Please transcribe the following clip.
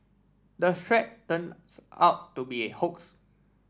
the threat turns out to be a hoax